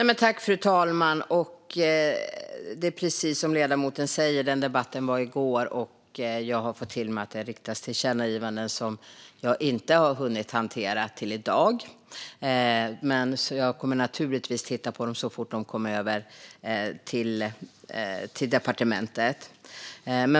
Fru talman! Precis som ledamoten säger var den debatten i går, och jag har fått till mig att det har riktats tillkännagivanden. Dessa har jag inte hunnit hantera till i dag, men jag kommer naturligtvis att titta på dem så fort de kommer till departementet.